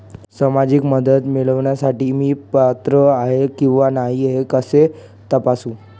सामाजिक मदत मिळविण्यासाठी मी पात्र आहे किंवा नाही हे कसे तपासू?